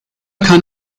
kann